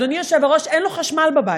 אדוני היושב-ראש, אין לו חשמל בבית.